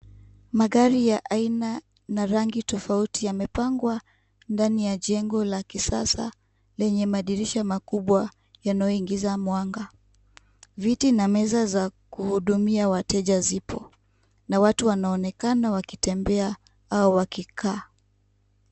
Magari ya aina na rangi tofauti yamepangwa ndani ya jengo la kisasa lenye madirisha makubwa yanayoingiza mwanga, viti na meza za kuhudumia wateja zipo , na watu wanaonekana wakitembea au wakikaa.